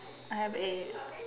I have a